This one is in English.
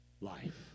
life